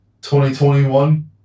2021